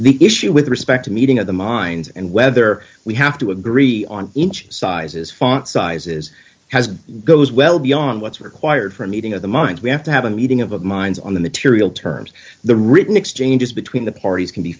the issue with respect to meeting of the minds and whether we have to agree on inch sizes font sizes has been goes well beyond what's required for a meeting of the minds we have to have a meeting of of minds on the material terms the written exchanges between the parties can be